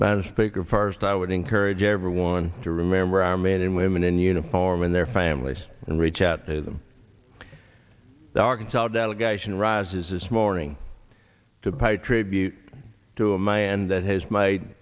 by the speaker first i would encourage everyone to remember our men and women in uniform and their families and reach out to them the arkansas delegation rises this morning to pay tribute to a man that has made